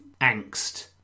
angst